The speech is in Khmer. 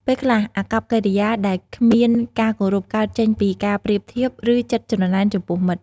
ពេលខ្លះ អាកប្បកិរិយាដែលគ្មានការគោរពកើតចេញពីការប្រៀបធៀប ឬចិត្តច្រណែនចំពោះមិត្ត។